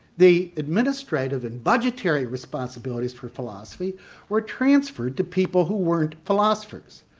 the administrative and budgetary responsibilities for philosophy were transferred to people who weren't philosophers.